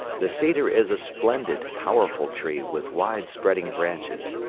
the cedar is a splendid, powerful tree with wide-spreading branches,